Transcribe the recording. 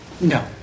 No